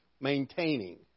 maintaining